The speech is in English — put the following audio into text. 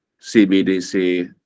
CBDC